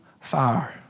Fire